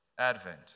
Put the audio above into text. Advent